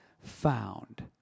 found